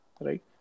right